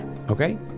Okay